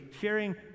fearing